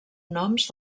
noms